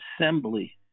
assembly